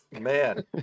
Man